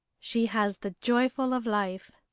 she has the joyful of life.